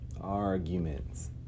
arguments